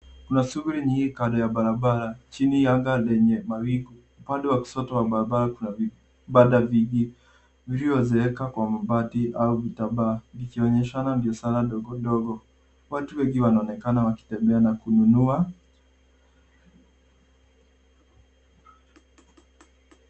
Kuna shughuli nyingi kando ya barabara, chini ya anga lenye mawingu. Upande wa kushoto wa barabara kuna vibanda vingi, viliyozeeka kwa mabati au vitambaa vikionyeshana biashara ndogo ndogo. Watu wengi wanaonekana wakitembea na kununua.